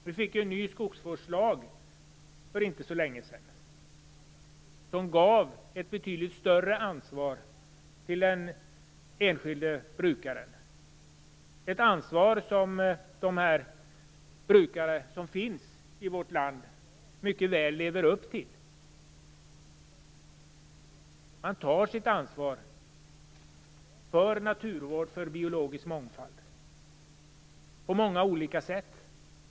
Vi fick en ny skogsvårdslag för inte så länge sedan, som gav ett betydligt större ansvar till den enskilde brukaren, ett ansvar som de brukare som finns i vårt land mycket väl lever upp till. Man tar sitt ansvar för naturvård och för biologisk mångfald på många olika sätt.